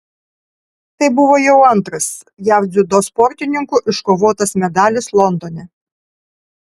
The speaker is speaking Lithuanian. tai buvo jau antras jav dziudo sportininkų iškovotas medalis londone